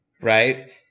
Right